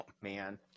man